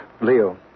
Leo